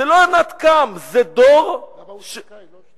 זה לא ענת קם, זה דור, למה הושתקה?